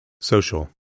Social